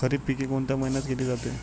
खरीप पिके कोणत्या महिन्यात केली जाते?